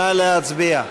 נא להצביע.